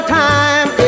time